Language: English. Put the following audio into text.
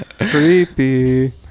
Creepy